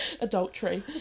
adultery